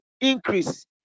increase